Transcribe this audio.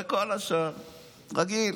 וכל השאר רגיל.